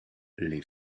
les